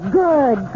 good